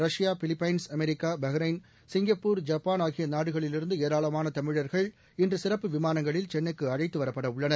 ரஷ்பா Philippines America Bahrain Singapore Japan ஆகிய நாடுகளிலிருந்து ஏராளமான தமிழர்கள் இன்று சிறப்பு விமானங்களில் சென்னைக்கு அழைத்து வரப்படவுள்ளனர்